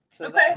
Okay